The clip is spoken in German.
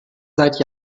seit